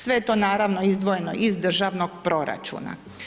Sve je to naravno izdvojeno iz državnog proračuna.